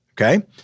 okay